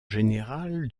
général